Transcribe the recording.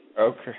Okay